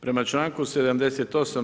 Prema članku 78.